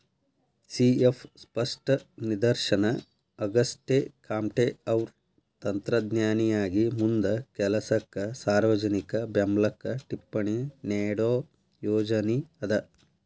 C F ಸ್ಪಷ್ಟ ನಿದರ್ಶನ ಆಗಸ್ಟೆಕಾಮ್ಟೆಅವ್ರ್ ತತ್ವಜ್ಞಾನಿಯಾಗಿ ಮುಂದ ಕೆಲಸಕ್ಕ ಸಾರ್ವಜನಿಕ ಬೆಂಬ್ಲಕ್ಕ ಟಿಪ್ಪಣಿ ನೇಡೋ ಯೋಜನಿ ಅದ